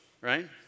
right